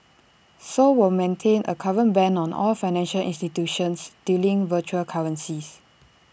Seoul will maintain A current ban on all financial institutions dealing virtual currencies